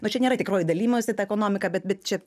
na čia nėra tikroji dalijimosi ta ekonomika bet bet čia